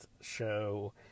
show